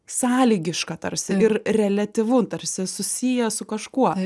sąlygiška tarsi ir reliatyvu tarsi susijęs su kažkuo